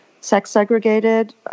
sex-segregated